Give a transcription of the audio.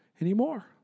anymore